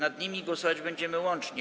Nad nimi głosować będziemy łącznie.